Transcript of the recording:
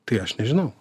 tai aš nežinau